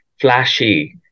flashy